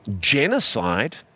genocide